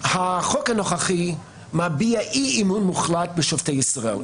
החוק הנוכחי מביע אי-אמון מוחלט בשופטי ישראל.